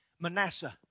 Manasseh